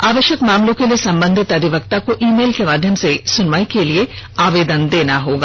आवश्यक मामलों के लिए संबंधित अधिवक्ता को ईमेल को माध्यम से सुनवाई के लिए आवेदन देना होगा